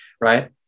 right